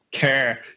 care